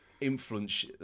influence